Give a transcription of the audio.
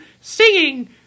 singing